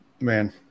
Man